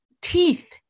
Teeth